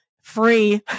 free